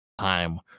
time